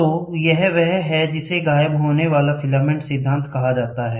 तो यह वह है जिसे गायब होने वाला फिलामेंट सिद्धांत कहा जाता है